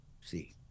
see